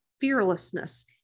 fearlessness